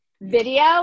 video